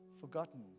forgotten